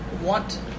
want